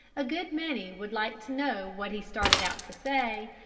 a good many would like to know what he started out to say,